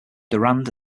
durand